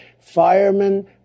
Firemen